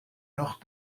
noch